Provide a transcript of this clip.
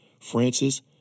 Francis